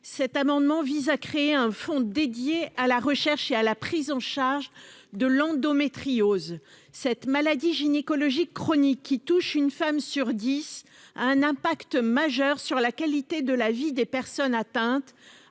cet amendement vise à créer un fonds dédié à la recherche et à la prise en charge de l'endométriose cette maladie gynécologique chronique qui touche une femme sur 10 a un impact majeur sur la qualité de la vie des personnes atteintes